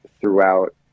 throughout